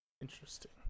Interesting